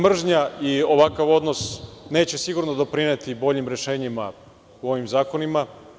Mržnja i ovakav odnos neće sigurno doprineti boljim rešenjima u ovim zakonima.